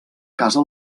casa